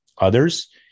others